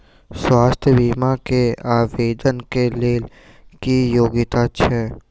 स्वास्थ्य बीमा केँ आवेदन कऽ लेल की योग्यता छै?